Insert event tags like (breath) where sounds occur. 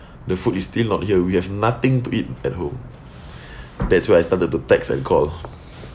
the food is still not here we have nothing to eat at home (breath) that's when I started to text and call